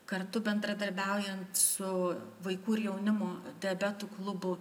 kartu bendradarbiaujant su vaikų ir jaunimo diabetų klubų